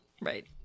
Right